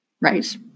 Right